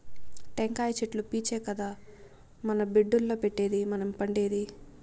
టెంకాయ చెట్లు పీచే కదా మన బెడ్డుల్ల పెట్టేది మనం పండేది